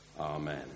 Amen